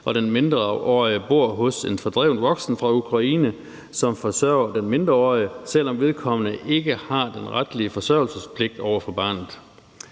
og den mindreårige bor hos en fordreven voksen fra Ukraine, som forsørger den mindreårige, selv om vedkommende ikke har den retlige forsørgelsespligt over for barnet.